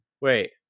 wait